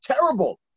terrible